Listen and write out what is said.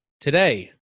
Today